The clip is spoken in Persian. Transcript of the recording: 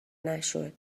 نشد